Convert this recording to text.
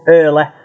early